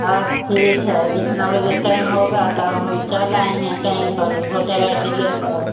और ठीक है जितना बजे टाइम होगा तब हम चल आएँगे टाइम पर वोटर आई डी लेकर